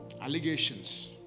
allegations